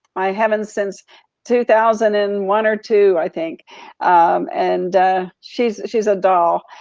i haven't since two thousand and one or two, i think and she's she's a doll.